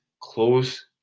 close